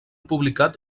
publicat